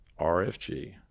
RFG